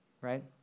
Right